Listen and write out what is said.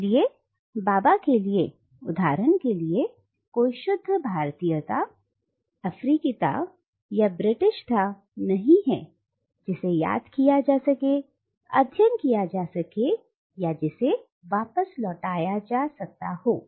इसलिए बाबा के लिए उदाहरण के लिए कोई शुद्ध भारतीयता अफ्रीकीता या ब्रिटिशता नहीं है जिसे याद किया जा सके अध्ययन किया जा सके या जिसे वापस लौटाया जा सकता हो